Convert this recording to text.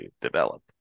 develop